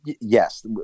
yes